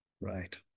Right